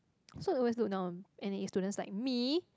so they always look down on N_A students like me